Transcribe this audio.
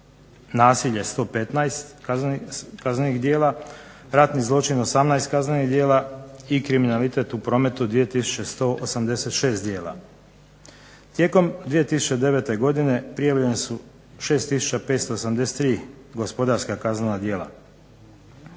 nasilje 115 kaznenih djela, ratni zločin 18 kaznenih djela, i kriminalitet u prometu 2 tisuće 186 djela. Tijekom 2009. godine prijavljene su 6 tisuća 583 gospodarska kaznena djela.